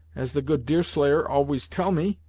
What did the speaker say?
as the good deerslayer always tell me.